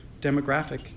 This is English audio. demographic